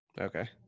Okay